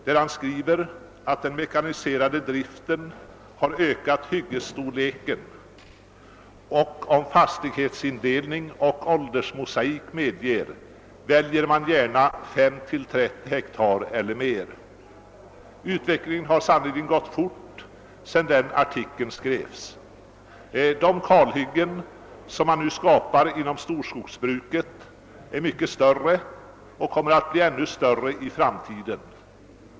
Där sägs bl.a.: >»Den mekaniserade driften har ökat hyggesstorleken. Om fastighetsindelning och åldersmosaik medger, väljer man gärna 5 till 30 hektar eller mer ———.« Utvecklingen har sannerligen gått fort sedan den artikeln skrevs. De kalhyggen som man nu skapar genom storskogsbruket är mycket större och kommer att bli ännu större i framtiden.